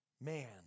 man